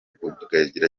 kugarira